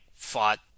fought